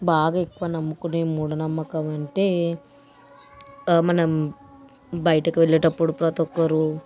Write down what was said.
బాగా ఎక్కువ నమ్ముకునే మూఢనమ్మకం అంటే మనం బయటకు వెళ్ళేటప్పుడు ప్రతి ఒక్కరూ